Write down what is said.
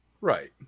Right